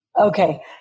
Okay